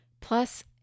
Plus